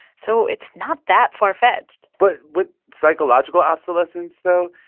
so it's not that far-fetched but with psychological obsolescence, though,